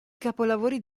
capolavori